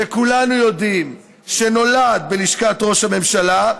שכולנו יודעים שנולד בלשכת ראש הממשלה,